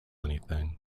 anything